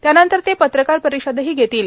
त्यानंतर ते पत्रकार परिषद घेतील